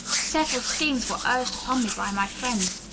several schemes were urged upon me by my friends.